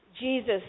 Jesus